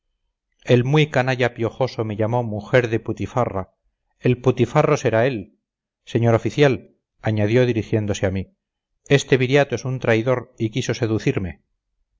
el muy canalla piojoso me llamó mujer de putifarra el putifarro será él señor oficial añadió dirigiéndose a mí este viriato es un traidor y quiso seducirme